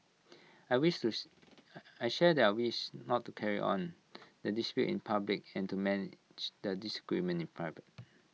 I I share their wish not to carry on the dispute in public and to manage the disagreement in private